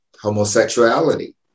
homosexuality